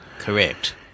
Correct